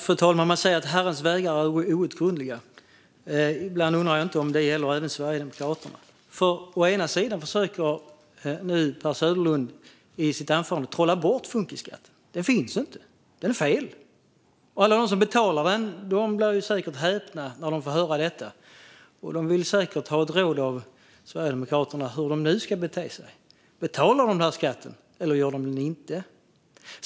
Fru talman! Man säger att Herrens vägar är outgrundliga, men ibland undrar jag om detta inte gäller även Sverigedemokraterna. I sitt anförande försöker Per Söderlund trolla bort funkisskatten. Den finns inte - det är fel. Alla som betalar den blir säkert häpna när de får höra detta. De vill säkert ha ett råd från Sverigedemokraterna om hur de nu ska bete sig. Betalar de denna skatt eller inte?